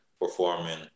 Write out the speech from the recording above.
performing